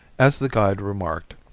as the guide remarked,